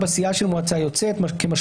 --- בכל